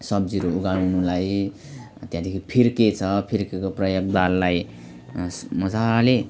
सब्जीहरू उगाउनुलाई त्यहाँदेखि फिर्के छ फिर्केको प्रयोग दाललाई मजाले